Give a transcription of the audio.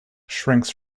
shrinks